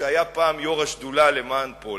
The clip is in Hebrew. שהיה פעם יושב-ראש השדולה למען פולארד: